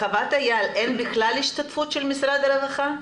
בחוות אייל אין בכלל השתתפות של משרד הרווחה?